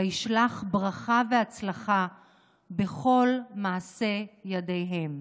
וישלח ברכה והצלחה בכל מעשה ידיהם.